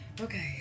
Okay